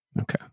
Okay